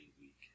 week